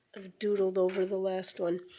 i've doodled over the last one.